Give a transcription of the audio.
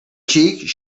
cheek